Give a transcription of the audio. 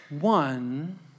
One